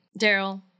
Daryl